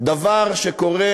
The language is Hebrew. דבר שקורה,